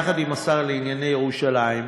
יחד עם השר לענייני ירושלים,